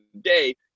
day